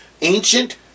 ancient